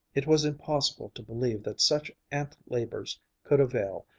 it was impossible to believe that such ant-labors could avail,